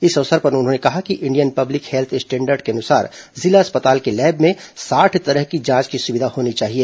इस अवसर पर उन्होंने कहा कि इंडियन पब्लिक हेल्थ स्टैंडर्ड के अनुसार जिला अस्पताल के लैब में साठ तरह की जांच की सुविधा होनी चाहिए